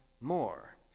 more